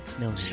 No